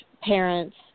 parents